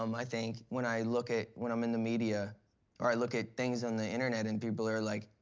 um i think. when i look at when i'm in the media or i look at things on the internet and people are like,